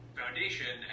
foundation